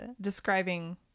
describing